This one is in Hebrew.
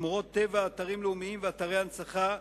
שמורות טבע, אתרים לאומיים ואתרי הנצחה,